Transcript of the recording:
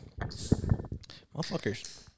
Motherfuckers